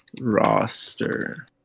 Roster